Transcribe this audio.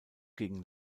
gegen